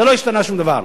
לא השתנה שום דבר.